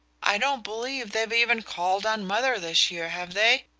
i don't believe they've even called on mother this year, have they?